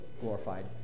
glorified